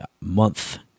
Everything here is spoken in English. month